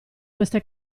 queste